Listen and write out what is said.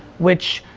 which,